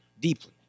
deeply